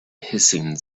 hissing